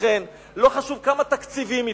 לכן, לא חשוב כמה תקציבים ייתנו,